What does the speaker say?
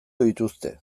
dituzte